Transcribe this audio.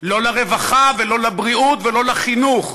לא לרווחה, ולא לבריאות ולא לחינוך.